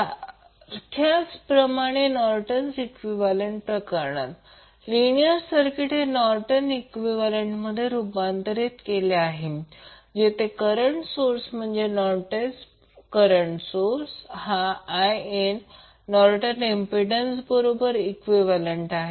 सारख्याच प्रमाणे Norton equivalent प्रकरणात लिनियर सर्किट हे नॉर्टन इक्विवैलेन्ट मध्ये रूपांतर केले आहे जेथे करंट सोर्स म्हणजेच नॉर्टन प्रवाह सोर्स हा IN नॉर्टन इम्पिडंस बरोबर इक्विवैलेन्ट आहे